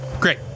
Great